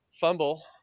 fumble